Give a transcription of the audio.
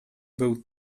był